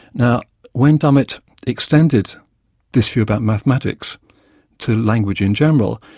now when dummett extended this view about mathematics to language in general,